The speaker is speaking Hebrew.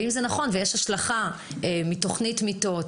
אם זה נכון ויש השלכה מתכנית מיטות,